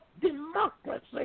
democracy